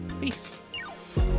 Peace